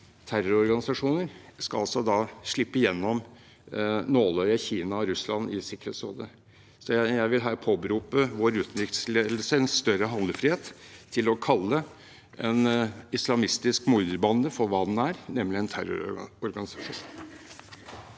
terrororganisasjoner, skal slippe igjennom nåløyet Kina og Russland i Sikkerhetsrådet. Jeg vil her påberope vår utenriksledelse en større handlefrihet til å kalle en islamistisk morderbande for det den er, nemlig en terrororganisasjon.